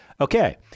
Okay